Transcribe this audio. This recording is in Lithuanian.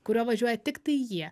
kuriuo važiuoja tiktai jie